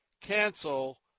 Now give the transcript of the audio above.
cancel